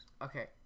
Okay